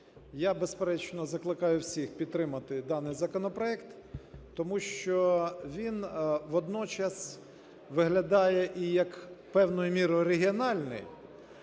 Я, безперечно, закликаю всіх підтримати даний законопроект, тому що він водночас виглядає і як певною мірою регіональний.